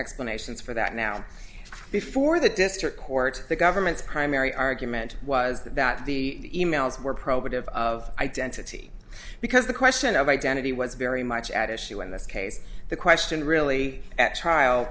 explanations for that now before the district court the government's primary argument was that the emails were probative of identity because the question of identity was very much at issue in this case the question really at trial